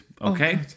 Okay